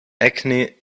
acne